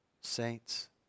saints